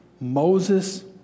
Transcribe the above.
Moses